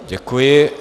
Děkuji.